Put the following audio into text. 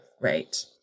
right